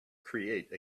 create